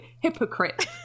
hypocrite